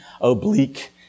oblique